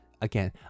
again